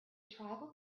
tribal